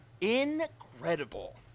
incredible